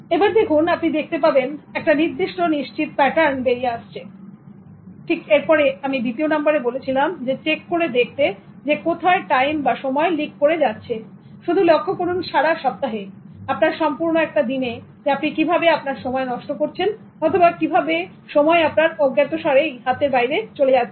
এবার দেখুন আপনি দেখতে পাবেন একটা নির্দিষ্ট নিশ্চিত প্যাটার্ন বেরিয়ে আসছে এবং তখন দ্বিতীয় নাম্বার আমি বলেছিলাম যে চেক করে দেখতে যে কোথায় টাইম বা সময় লিক করে যাচ্ছে শুধু লক্ষ্য করুন সারা সপ্তাহে আপনার সম্পূর্ণ একটা দিনে আপনি কিভাবে আপনার সময় নষ্ট করছেন অথবা কিভাবে সময় আপনার অজ্ঞাতসারেই হাতের বাইরে চলে যাচ্ছে